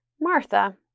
Martha